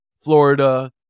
Florida